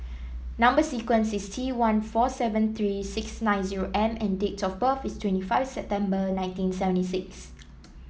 number sequence is T one four seven three six nine zero M and date of birth is twenty five September nineteen seventy six